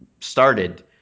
started